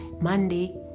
Monday